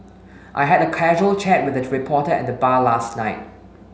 I had a casual chat with a reporter at the bar last night